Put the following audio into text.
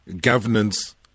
governance